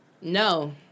No